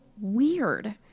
weird